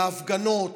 להפגנות,